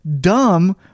dumb